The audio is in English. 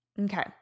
Okay